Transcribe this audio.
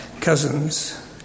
cousins